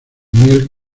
miel